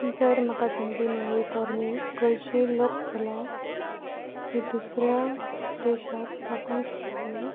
जर म्हाका संदी मेळ्ळी तर मी गोंयची लोककला ही दुसऱ्या देशाक दाखोवंक सोदतलें